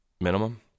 Minimum